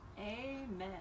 Amen